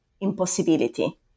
impossibility